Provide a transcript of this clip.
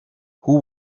who